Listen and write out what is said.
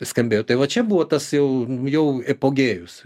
skambėjo tai va čia buvo tas jau jau epogėjus